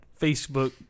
Facebook